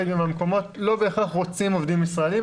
מהמקומות לא בהכרח רוצים עובדים ישראלים,